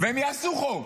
והם יעשו חוק.